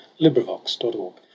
LibriVox.org